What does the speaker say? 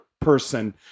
person